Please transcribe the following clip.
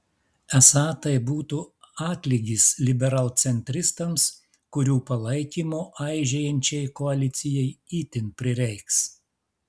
esą tai būtų atlygis liberalcentristams kurių palaikymo aižėjančiai koalicijai itin prireiks